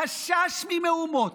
החשש ממהומות,